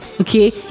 okay